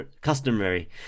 customary